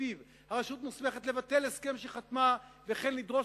ולפיו הרשות מוסמכת לבטל הסכם שחתמה וכן לדרוש